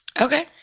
Okay